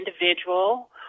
individual